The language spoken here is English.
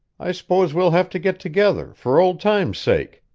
i suppose we'll have to get together, for old time's sake.